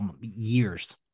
years